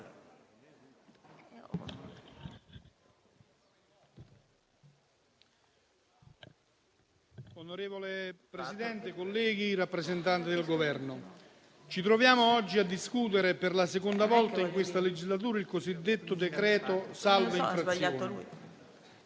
onorevoli colleghi, signor rappresentante del Governo, ci troviamo oggi a discutere per la seconda volta in questa legislatura il cosiddetto decreto-legge salva infrazioni.